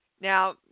Now